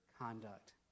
conduct